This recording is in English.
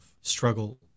struggle